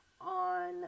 on